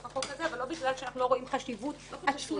החוק הזה אבל לא בגלל שאנחנו לא רואים חשיבות עצומה.